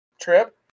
Trip